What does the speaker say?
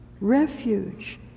Refuge